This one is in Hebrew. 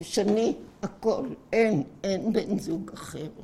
שני הכל אין, אין בן זוג אחר.